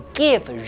give